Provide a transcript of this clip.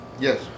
Yes